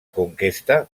conquesta